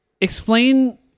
Explain